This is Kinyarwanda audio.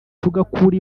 tugakura